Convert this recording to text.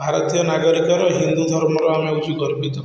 ଭାରତୀୟ ନାଗରିକର ହିନ୍ଦୁ ଧର୍ମର ଆମେ ହେଉଛୁ ଗର୍ବିତ